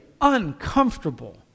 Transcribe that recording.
uncomfortable